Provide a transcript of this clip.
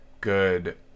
good